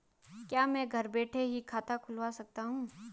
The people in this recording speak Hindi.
क्या मैं घर बैठे ही खाता खुलवा सकता हूँ?